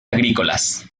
agrícolas